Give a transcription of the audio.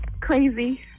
crazy